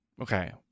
Okay